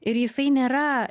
ir jisai nėra